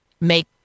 make